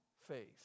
faith